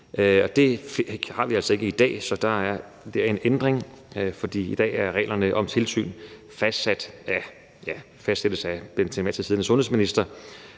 det har vi altså ikke i dag, så der er der en ændring, for i dag er reglerne om tilsyn fastsat af den til enhver tid siddende sundhedsminister,